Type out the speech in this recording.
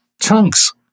chunks